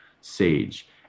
Sage